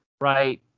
right